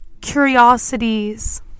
curiosities